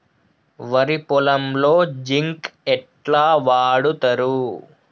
వరి పొలంలో జింక్ ఎట్లా వాడుతరు?